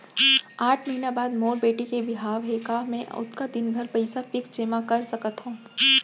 आठ महीना बाद मोर बेटी के बिहाव हे का मैं ओतका दिन भर पइसा फिक्स जेमा कर सकथव?